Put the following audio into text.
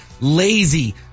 lazy